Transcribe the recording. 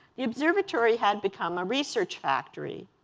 the observatory had become a research factory.